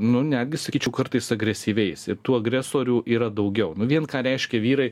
nu netgi sakyčiau kartais agresyviais ir tų agresorių yra daugiau nu vien ką reiškia vyrai